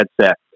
headset